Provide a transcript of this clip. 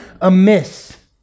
amiss